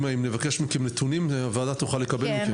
אם נבקש מכם נתונים תוכלו להציג אותם?